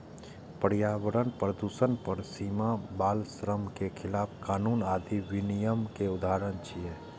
पर्यावरण प्रदूषण पर सीमा, बाल श्रम के खिलाफ कानून आदि विनियम के उदाहरण छियै